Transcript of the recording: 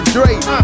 Dre